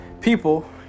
people